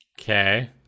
Okay